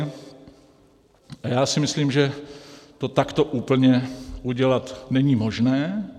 A já si myslím, že to takto úplně udělat není možné.